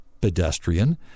pedestrian